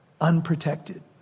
unprotected